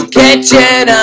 kitchen